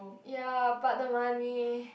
ya but the money